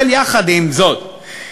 אבל יחד עם זאת,